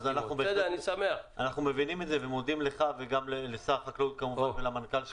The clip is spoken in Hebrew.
אנחנו מבינים את זה ומודים לך וכמובן לשר החקלאות ולמנכ"ל.